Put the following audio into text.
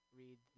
read